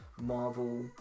Marvel